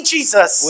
Jesus